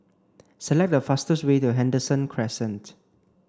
select the fastest way to Henderson Crescent